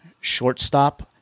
shortstop